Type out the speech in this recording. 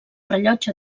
rellotge